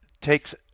takes